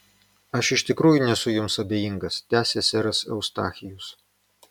aš iš tikrųjų nesu jums abejingas tęsė seras eustachijus